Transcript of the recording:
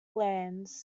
lands